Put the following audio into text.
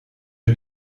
het